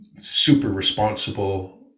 super-responsible